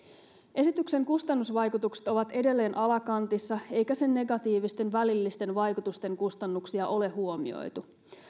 esityksen kustannusvaikutukset ovat edelleen alakantissa eikä sen negatiivisten välillisten vaikutusten kustannuksia ole huomioitu